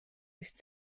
ist